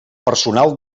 personal